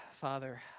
Father